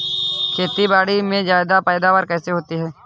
खेतीबाड़ी में ज्यादा पैदावार कैसे होती है?